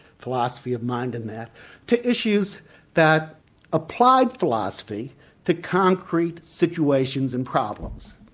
philosophy of mind and that to issues that applied philosophy to concrete situations and problems.